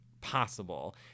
possible